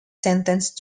sentenced